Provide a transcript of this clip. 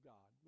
God